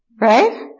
right